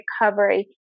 recovery